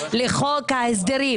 אתה יושב ראש ועדת הכספים.